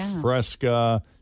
Fresca